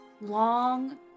long